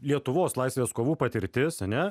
lietuvos laisvės kovų patirtis ane